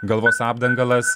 galvos apdangalas